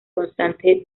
constante